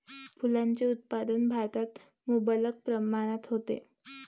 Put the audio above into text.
फुलांचे उत्पादन भारतात मुबलक प्रमाणात होते